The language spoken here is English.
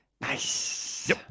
Nice